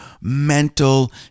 mental